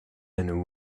and